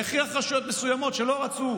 והכריח רשויות מסוימות שלא רצו